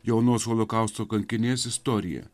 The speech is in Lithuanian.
jaunos holokausto kankinės istorija